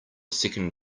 second